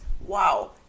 wow